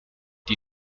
die